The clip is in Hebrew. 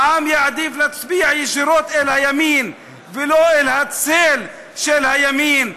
העם יעדיף להצביע ישירות לימין ולא לצל של הימין.